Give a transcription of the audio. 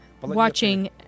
watching